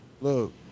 Look